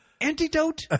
antidote